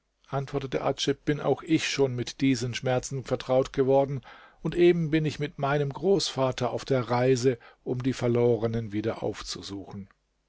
antwortete adjib bin auch ich schon mit diesen schmerzen vertraut geworden und eben bin ich mit meinem großvater auf der reise um die verlorenen wieder aufzusuchen